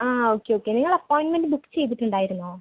ആ okay okay നിങ്ങൾ appointment book ചെയ്തിട്ടുണ്ടായിരുന്നോ